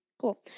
cool